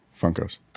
Funkos